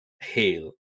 Hail